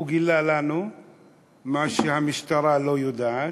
הוא גילה לנו מה שהמשטרה לא יודעת.